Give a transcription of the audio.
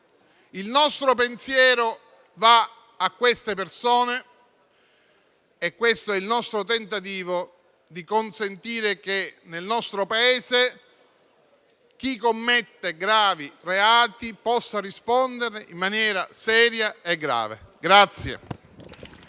Il nostro pensiero va a queste persone e questo è il nostro tentativo di consentire che, nel nostro Paese, chi commette gravi reati possa risponderne in maniera seria e grave.